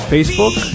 Facebook